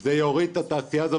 זה יוריד את התעשייה הזו,